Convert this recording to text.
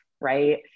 right